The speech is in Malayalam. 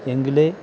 എങ്കിലേ